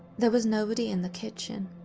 there was nobody in the kitchen.